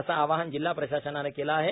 असे आवाहन जिल्हा प्रशासनाने केले आहे